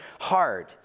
hard